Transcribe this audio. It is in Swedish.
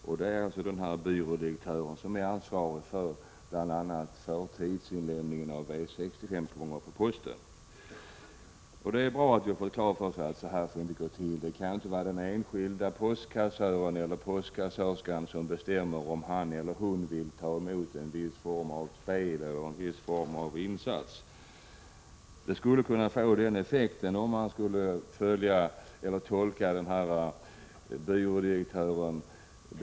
Hon är alltså den byrådirektör som är ansvarig för bl.a. förtidsinlämningen av V65-kupongerna till posten. Det är bra att vi får klart för oss att det inte får gå till så här. Det kan inte vara den enskilde postkassören eller den enskilda postkassörskan som bestämmer om han eller hon vill ta emot en viss form av spel eller insats. Om man skulle tolka byrådirektören bokstavligen skulle detta kunna få en mängd effekter.